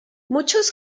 muchos